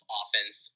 offense